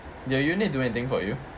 did your unit do anything for you